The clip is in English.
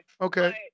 Okay